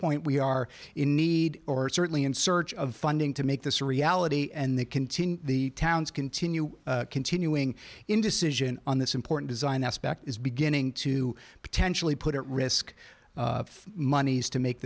point we are in need or certainly in search of funding to make this a reality and they continue the towns continue continuing indecision on this important design aspect is beginning to potentially put at risk monies to make